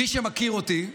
מי שמכיר אותי,